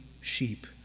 sheep